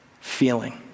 feeling